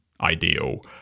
ideal